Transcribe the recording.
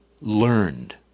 learned